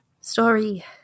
Story